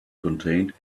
contained